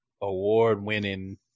award-winning